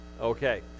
okay